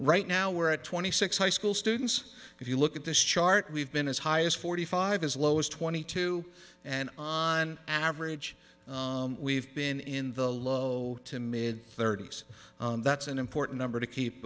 right now we're at twenty six high school students if you look at this chart we've been as high as forty five as low as twenty two and on average we've been in the low to mid thirty's that's an important number to keep